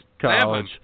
College